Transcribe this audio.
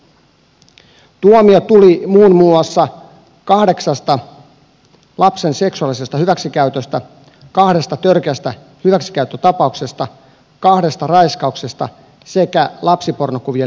tuomio tuli muun muassa kahdeksasta lapsen seksuaalisesta hyväksikäytöstä kahdesta törkeästä hyväksikäyttötapauksesta kahdesta raiskauksesta sekä lapsipornokuvien levittämisestä